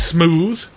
Smooth